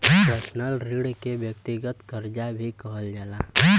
personal ऋण के व्यक्तिगत करजा भी कहल जाला